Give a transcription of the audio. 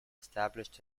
established